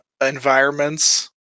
environments